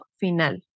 final